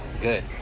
good